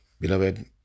Beloved